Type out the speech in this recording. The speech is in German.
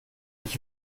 ich